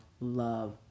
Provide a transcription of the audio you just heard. love